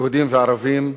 יהודים וערבים בישראל,